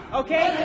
okay